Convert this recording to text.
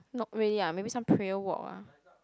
not really ah maybe some prayer walk ah